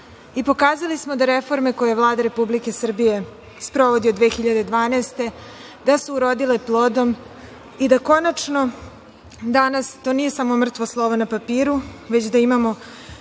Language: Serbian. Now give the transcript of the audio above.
i pokazali smo da su reforme koje Vlada Republike Srbije sprovodi od 2012. urodile plodom i da konačno, danas, to nije samo mrtvo slovo na papiru, već da imamo